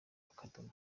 akadomo